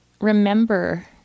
remember